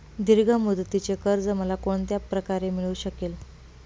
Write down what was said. दीर्घ मुदतीचे कर्ज मला कोणत्या प्रकारे मिळू शकेल?